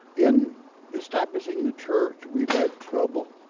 in establishing the church, we've had trouble,